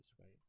right